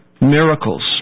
miracles